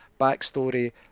backstory